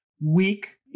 weak